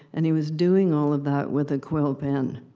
and he was doing all of that with a quill pen.